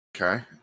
Okay